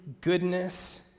goodness